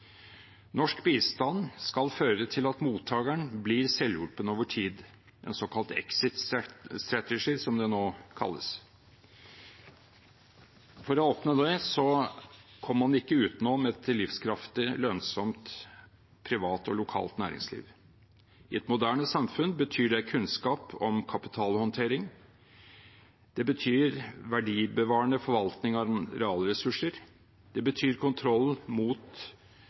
Norsk bistand skal føre til at mottakeren blir selvhjulpen over tid, en såkalt «exit strategy», som det nå kalles. For å oppnå det kommer man ikke utenom et livskraftig, lønnsomt privat og lokalt næringsliv. I et moderne samfunn betyr det kunnskap om kapitalhåndtering, det betyr verdibevarende forvaltning av realressurser, det betyr kontroll mot